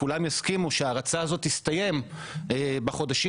כולם יסכימו שההרצה הזו תסתיים בחודשים